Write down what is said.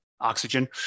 oxygen